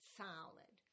solid